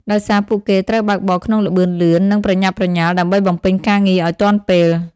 ដោយសារពួកគេត្រូវបើកបរក្នុងល្បឿនលឿន និងប្រញាប់ប្រញាល់ដើម្បីបំពេញការងារឱ្យទាន់ពេល។